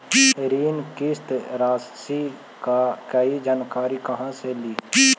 ऋण किस्त रासि का हई जानकारी कहाँ से ली?